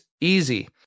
easy